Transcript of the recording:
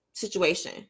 situation